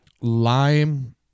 lime